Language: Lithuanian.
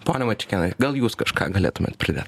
ponia mačiukėnaite gal jūs kažką galėtumėt pridėt